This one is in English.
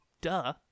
duh